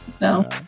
no